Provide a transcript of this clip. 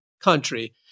country